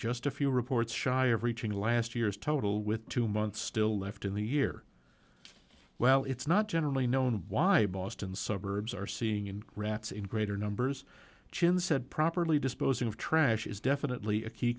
just a few reports shy of reaching last year's total with two months still left in the year well it's not generally known why boston suburbs are seeing in rats in greater numbers jim said properly disposing of trash is definitely a key